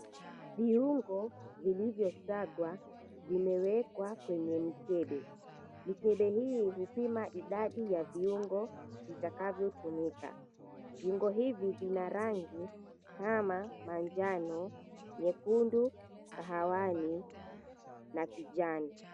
Viungo vilivyosagwa vimewekwa kwenye mikebe, mikebe hii hupima idadi ya viungo vitakavyotumika. Viungo hivi vina rangi kama manjano, nyekundu, kahawani na kijani.